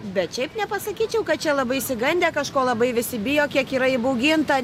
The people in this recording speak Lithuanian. bet šiaip nepasakyčiau kad čia labai išsigandę kažko labai visi bijo kiek yra įbauginta